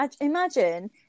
Imagine